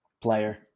player